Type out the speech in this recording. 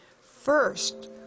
First